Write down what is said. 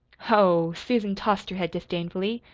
ho! susan tossed her head disdainfully.